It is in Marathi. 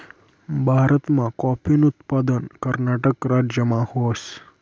भारतमा काॅफीनं उत्पादन कर्नाटक राज्यमा व्हस